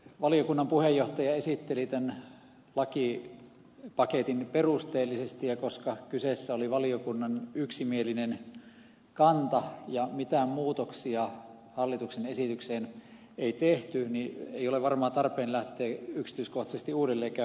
valiokunnan puheenjohtaja esitteli tämän lakipaketin perusteellisesti ja koska kyseessä oli valiokunnan yksimielinen kanta ja mitään muutoksia hallituksen esitykseen ei tehty ei ole varmaan tarpeen lähteä yksityiskohtaisesti uudelleen käymään tätä asiaa läpi